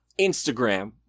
Instagram